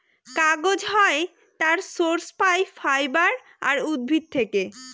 কাগজ হয় তার সোর্স পাই ফাইবার আর উদ্ভিদ থেকে